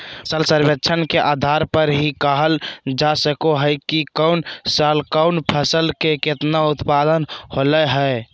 फसल सर्वेक्षण के आधार पर ही कहल जा सको हय कि कौन साल कौन फसल के केतना उत्पादन होलय हें